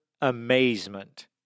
amazement